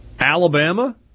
Alabama